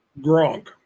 gronk